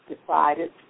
decided